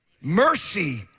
Mercy